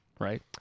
right